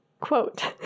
quote